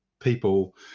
people